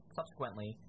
subsequently